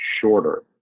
shorter